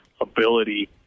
ability